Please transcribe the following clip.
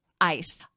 ice